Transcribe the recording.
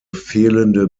fehlende